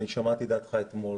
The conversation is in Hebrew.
אני שמעתי את דעתך אתמול